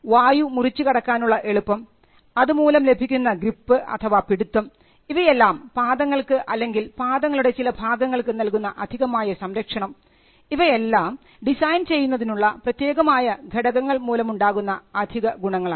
വായു മുറിച്ചു കടക്കാനുള്ള എളുപ്പം അതുമൂലം ലഭിക്കുന്ന ഗ്രിപ്പ് അഥവാ പിടിത്തം ഇവയെല്ലാം പാദങ്ങൾക്ക് അല്ലെങ്കിൽ പാദങ്ങളുടെ ചില ഭാഗങ്ങൾക്ക് നൽകുന്ന അധികമായ സംരക്ഷണം ഇവയെല്ലാം ഡിസൈൻ ചെയ്യുന്നതിനുള്ള പ്രത്യേകമായ ഘടകങ്ങൾ മൂലമുണ്ടാകുന്ന അധിക ഗുണങ്ങളാണ്